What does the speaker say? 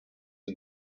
and